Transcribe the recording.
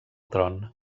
tron